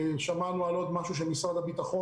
שמענו על עוד משהו שעושה משרד הביטחון